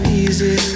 easy